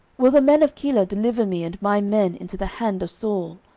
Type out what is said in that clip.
will the men of keilah deliver me and my men into the hand of saul?